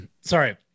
sorry